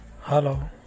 Hello